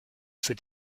für